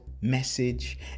message